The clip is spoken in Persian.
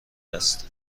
است